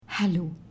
Hello